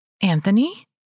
Anthony